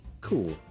cool